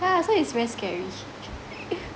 yeah so it's very scary